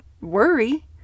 worry